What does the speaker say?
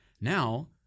Now